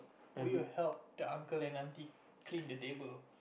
will you help the uncle and aunty clean the table